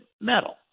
metal